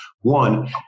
One